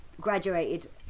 Graduated